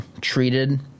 treated